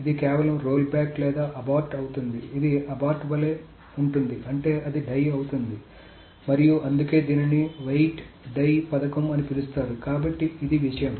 ఇది కేవలం roll back లేదా అబార్ట్ అవుతుంది ఇది అబార్ట్ వలె ఉంటుంది అంటే అది డై అవుతుంది మరియు అందుకే దీనిని వెయిట్ డై పథకం అని పిలుస్తారు కాబట్టి ఇది విషయం